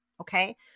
okay